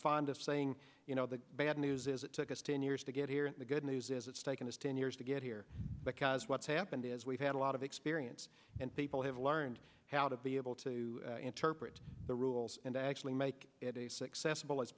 fond of saying you know the bad news is it took us ten years to get here and the good news is it's taken a stand years to get here because what's happened is we've had a lot of experience and people have learned how to be able to interpret the rules and actually make it a successful as